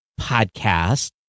podcast